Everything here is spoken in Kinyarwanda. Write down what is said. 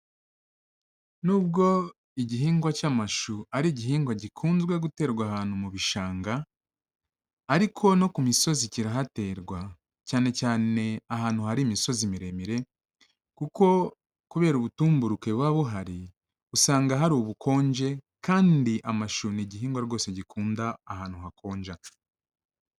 Nubwo igihingwa cy'amashu ari igihingwa gikunzwe guterwa ahantu mu bishanga, ariko no ku misozi kirahaterwa. Cyane cyane ahantu hari imisozi miremire, kuko kubera ubutumburuke buba buhari, usanga hari ubukonje, kandi amashu ni igihingwa rwose gikunda ahantu hakonja.